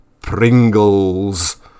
Pringles